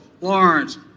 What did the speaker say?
Lawrence